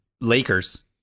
Lakers